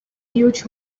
huge